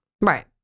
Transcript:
right